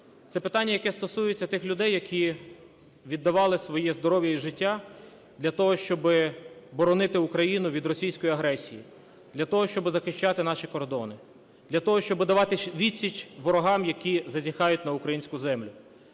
Це питання, яке стосується тих людей, які віддавали своє здоров'я і життя для того, щоби боронити Україну від російської агресії, для того, щоби захищати наші кордони, для того, щоби давати відсіч ворогам, які зазіхають на українську землю.